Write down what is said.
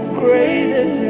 greater